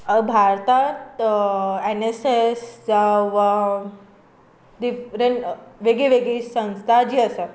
भारतांत N S S जावं वा डिफ्रेंट वेगळी वेगळी संस्था जी आसात